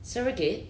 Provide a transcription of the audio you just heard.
surrogate